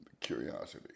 curiosity